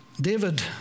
David